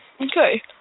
okay